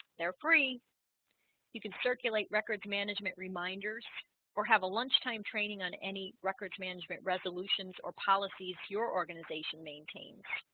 they're free you can circulate records management reminders or have a lunchtime training on any records management resolutions or policies your organization maintains